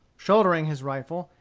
shouldering his rifle,